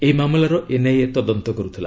ଏହି ମାମଲାର ଏନ୍ଆଇଏ ତଦନ୍ତ କରୁଥିଲା